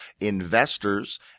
investors